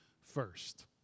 first